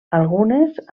algunes